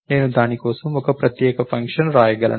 నేను దాని కోసం ఒక ప్రత్యేక ఫంక్షన్ వ్రాయగలను